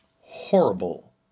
horrible